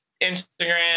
Instagram